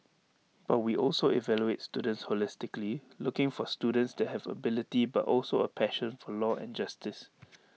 but we also evaluate students holistically looking for students that have ability but also A passion for law and justice